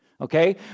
okay